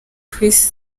chris